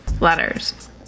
letters